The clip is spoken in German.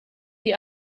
die